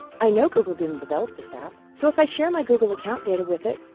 i know google didn't develop this app, so if i share my google account data with it,